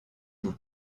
vous